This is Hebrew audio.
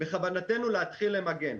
בכוונתנו להתחיל למגן.